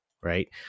right